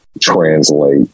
translate